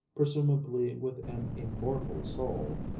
presumably with an immortal soul,